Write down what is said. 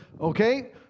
Okay